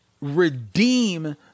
redeem